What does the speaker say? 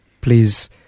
please